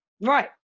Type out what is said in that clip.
Right